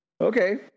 Okay